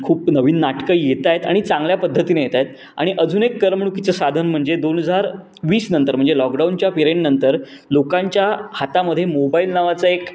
खूप नवीन नाटकं येत आहेत आणि चांगल्या पद्धतीने येत आहेत आणि अजून एक करमणुकीचं साधन म्हणजे दोन हजार वीस नंतर म्हणजे लॉकडाऊनच्या पिरेड नंतर लोकांच्या हातामध्ये मोबाईल नावाचा एक